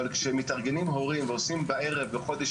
אבל כשמתארגנים הורים ועושים בערב בחודש